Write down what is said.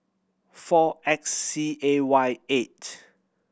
four X C A Y eight